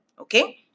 okay